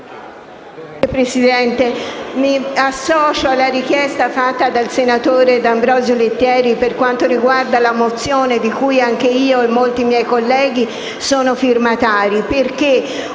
Presidente, mi associo alla richiesta avanzata dal senatore D'Ambrosio Lettieri relativamente alla mozione di cui anche io e molti miei colleghi siamo firmatari. Oltre